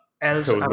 else